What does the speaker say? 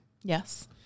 Yes